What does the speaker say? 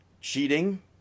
cheating